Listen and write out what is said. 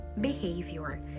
behavior